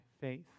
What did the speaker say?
faith